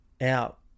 out